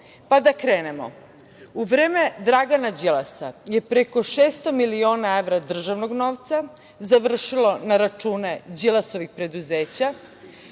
ogromna.U vreme Dragana Đilasa je preko 600 miliona evra državnog novca završilo na računima Đilasovih preduzeća,